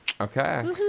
Okay